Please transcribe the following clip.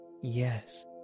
yes